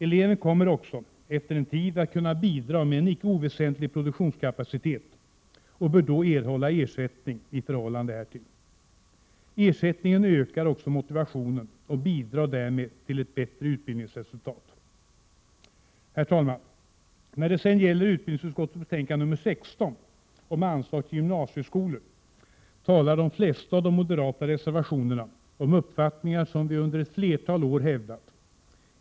Eleven kommer också efter en tid att kunna bidra med en icke oväsentlig produktionskapacitet och bör då erhålla ersättning i förhållande härtill. Ersättningen ökar också motivationen och bidrar därmed till ett bättre utbildningsresultat. Herr talman! I utbildningsutskottets betänkande nr 16 om anslag till gymnasieskolor förs i de flesta av de moderata reservationerna fram uppfattningar som vi under ett flertal år hävdat.